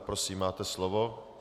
Prosím, máte slovo.